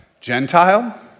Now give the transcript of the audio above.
Gentile